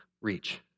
reach